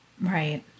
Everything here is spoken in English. Right